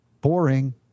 Boring